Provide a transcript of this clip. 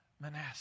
Manasseh